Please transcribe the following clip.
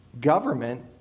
Government